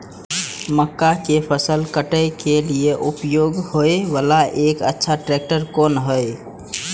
मक्का के फसल काटय के लिए उपयोग होय वाला एक अच्छा ट्रैक्टर कोन हय?